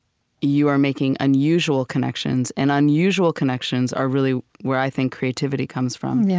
you are making unusual connections. and unusual connections are really where i think creativity comes from. yeah